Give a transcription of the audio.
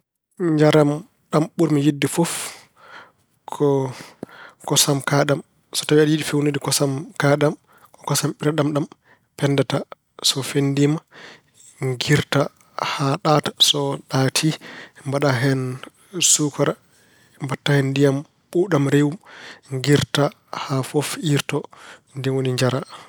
Njaram ɗam ɓurmi yiɗde fof ko kosam kaaɗam. So tawi aɗa yiɗi feewnude kosam kaaɗam, ko kosam ɓiraɗam ɗam penndataa. So fenndiima, ngiirta haa ɗaata. So ɗaati, mbaɗa hen suukara, mbaɗta hen ndiyam ɓuuɓɗam rewum. Ngiirta haa fof iirto, nden woni njara.